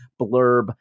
blurb